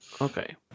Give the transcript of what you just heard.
Okay